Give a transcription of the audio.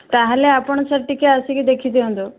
ତାହେଲେ ଆପଣ ସାର୍ ଟିକେ ଆସିକି ଦେଖିଦିଅନ୍ତୁ